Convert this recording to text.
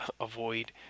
avoid